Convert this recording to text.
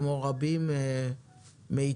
כמו רבים מאיתנו.